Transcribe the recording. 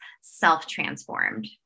self-transformed